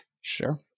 Sure